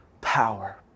power